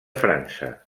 frança